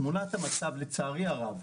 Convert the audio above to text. תמונת המצב, לצערי הרב,